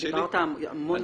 אתה דיברת המון.